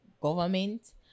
government